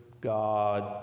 god